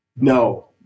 No